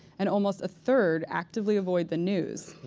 and almost a third actively avoid the news.